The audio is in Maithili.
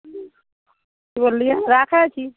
कि बोललिए राखै छी